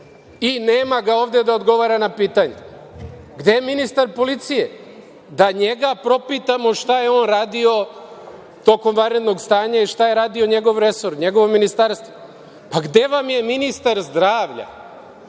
i nema ga ovde da odgovara na pitanja. Gde je ministar policije, da njega propitamo šta je on radio tokom vanrednog stanja i šta je radio njegov resor, njegovo ministarstvo? Gde vam je ministar zdravlja?